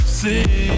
see